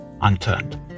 unturned